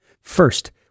First